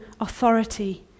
authority